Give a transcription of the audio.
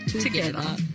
together